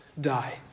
die